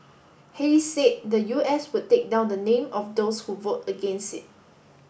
Haley said the U S would take down the name of those who vote against it